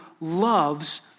loves